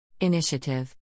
Initiative